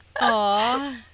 Aw